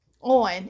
on